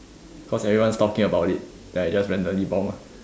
cause everyone's talking about it then I just randomly bomb ah